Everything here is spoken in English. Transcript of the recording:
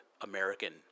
American